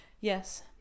Yes